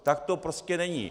Tak to prostě není.